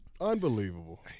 Unbelievable